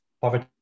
poverty